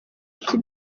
ati